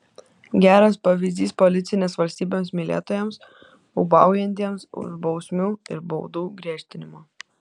geras pavyzdys policinės valstybės mylėtojams ūbaujantiems už bausmių ir baudų griežtinimą